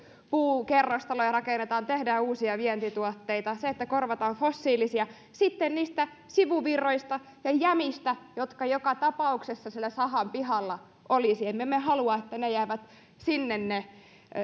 puukerrostaloja rakennetaan tehdään uusia vientituotteita korvataan fossiilisia sitten niistä sivuvirroista ja jämistä jotka joka tapauksessa siellä sahan pihalla olisivat emme me halua että ne